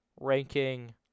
ranking